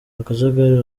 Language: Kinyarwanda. akajagari